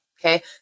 okay